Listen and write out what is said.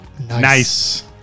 Nice